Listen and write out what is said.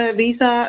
visa